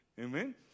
Amen